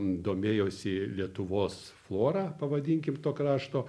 domėjosi lietuvos flora pavadinkim to krašto